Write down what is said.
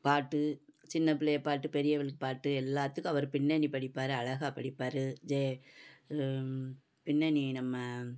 பாட்டு சின்ன பிள்ளைகள் பாட்டு பெரிய பிள்ளை பாட்டு எல்லாத்துக்கும் அவரு பின்னணி படிப்பாரு அழகா படிப்பார் ஜெ பின்னணி நம்ம